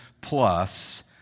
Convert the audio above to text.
plus